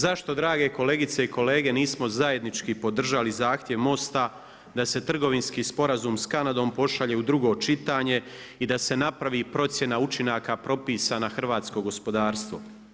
Zašto drage kolegice i kolege nismo zajednički podržali zahtjev MOST-a da se trgovinski sporazum sa Kanadom pošalje u drugo čitanje i da se napravi procjena učinaka propisana hrvatsko gospodarstvo.